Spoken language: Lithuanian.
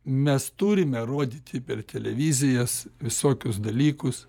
mes turime rodyti per televizijas visokius dalykus